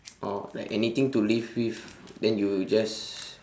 oh like anything to live with then you just